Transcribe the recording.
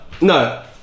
no